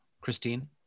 Christine